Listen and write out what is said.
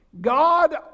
god